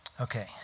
Okay